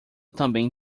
também